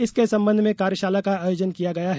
इसके संबंध में कार्यशाला का आयोजन किया गया है